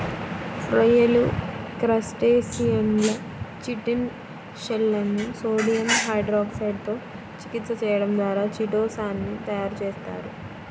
రొయ్యలు, క్రస్టేసియన్ల చిటిన్ షెల్లను సోడియం హైడ్రాక్సైడ్ తో చికిత్స చేయడం ద్వారా చిటో సాన్ ని తయారు చేస్తారు